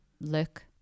look